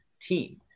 team